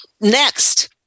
Next